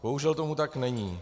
Bohužel tomu tak není.